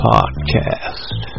Podcast